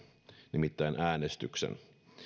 nimittäin äänestyksen